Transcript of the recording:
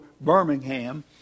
Birmingham